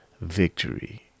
victory